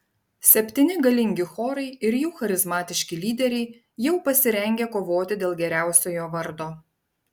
septyni galingi chorai ir jų charizmatiški lyderiai jau pasirengę kovoti dėl geriausiojo vardo